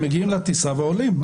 הם מגיעים לטיסה ועולים.